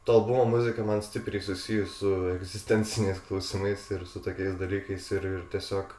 to albumo muzika man stipriai susijus su egzistenciniais klausimais ir su tokiais dalykais ir ir tiesiog